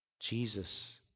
Jesus